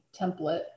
template